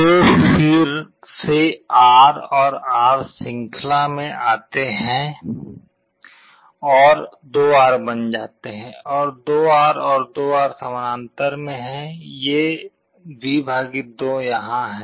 तो फिर से R और R श्रृंखला में आते हैं और 2R बन जाते हैं और 2R और 2R समानांतर में हैं यह V 2 यहाँ है